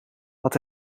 had